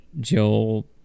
Joel